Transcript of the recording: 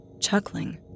chuckling